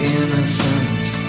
innocence